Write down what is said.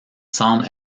semble